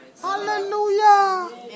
Hallelujah